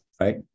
Right